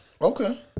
okay